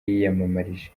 yiyamamarije